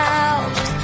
out